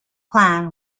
clan